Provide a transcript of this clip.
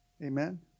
Amen